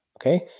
okay